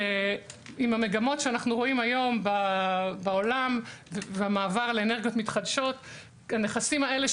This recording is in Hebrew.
עם המגמות שאנו רואים היום בעולם והמעבר לאנרגיות מתחדשות הנכסים האלה,